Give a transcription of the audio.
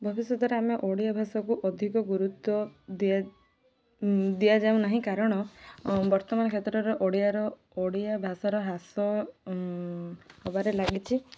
ଭବିଷ୍ୟତରେ ଆମେ ଓଡ଼ିଆ ଭାଷାକୁ ଅଧିକ ଗୁରୁତ୍ୱ ଦିଆ ଦିଆଯାଉ ନାହିଁ କାରଣ ବର୍ତ୍ତମାନ କ୍ଷେତ୍ରରର ଓଡ଼ିଆର ଓଡ଼ିଆ ଭାଷାର ହ୍ରାସ ହେବାରେ ଲାଗିଛି